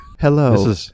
hello